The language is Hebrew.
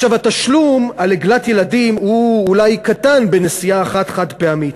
התשלום על עגלת ילדים הוא אולי קטן בנסיעה אחת חד-פעמית,